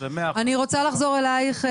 אני רוצה לחזור אלייך,